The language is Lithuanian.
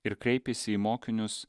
ir kreipėsi į mokinius